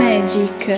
Magic